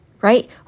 right